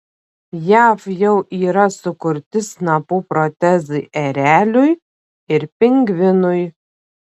jav jau yra sukurti snapų protezai ereliui ir pingvinui